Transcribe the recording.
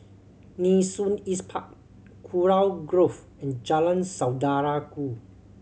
Nee Soon East Park Kurau Grove and Jalan Saudara Ku